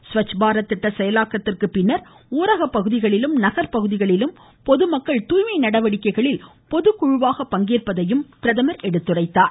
ஸ்வச் பாரத் திட்ட செயலாக்கத்திற்கு பின்னர் ஊரகப்பகுதிகளிலும் நகர் பகுதிகளிலும் பொதுமக்கள் தூய்மை நடவடிக்கைகளில் பொதுக்குழுவாக பங்கேற்பதையும் பிரதமர் எடுத்துரைத்தார்